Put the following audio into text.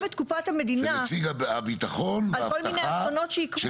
את קופת המדינה --- ונציג הביטחון והאבטחה,